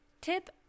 Tip